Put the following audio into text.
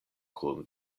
kun